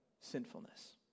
sinfulness